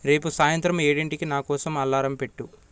రేపు సాయంత్రం ఏడింటికి నా కోసం అలారం పెట్టు